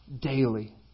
daily